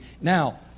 now